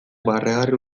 barregarri